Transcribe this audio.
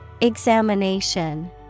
Examination